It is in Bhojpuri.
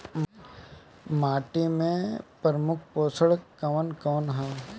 माटी में मुख्य पोषक कवन कवन ह?